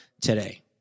today